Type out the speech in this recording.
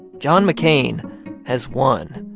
john mccain has won,